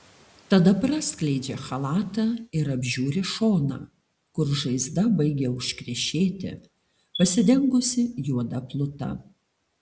tada praskleidžia chalatą ir apžiūri šoną kur žaizda baigia užkrešėti pasidengusi juoda pluta